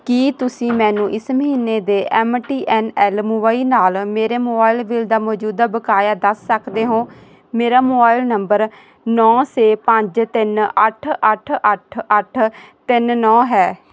ਕੀ ਤੁਸੀਂ ਮੈਨੂੰ ਇਸ ਮਹੀਨੇ ਦੇ M T N L Mumbai ਨਾਲ ਮੇਰੇ ਮੋਬਾਈਲ ਬਿੱਲ ਦਾ ਮੌਜੂਦਾ ਬਕਾਇਆ ਦੱਸ ਸਕਦੇ ਹੋ ਮੇਰਾ ਮੋਬਾਈਲ ਨੰਬਰ ਨੌਂ ਛੇ ਪੰਜ ਤਿੰਨ ਅੱਠ ਅੱਠ ਅੱਠ ਅੱਠ ਤਿੰਨ ਨੌਂ ਹੈ